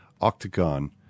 octagon